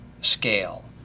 scale